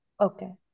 Okay